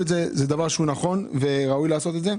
זה דבר נכון, וראוי לעשות אותו.